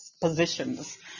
positions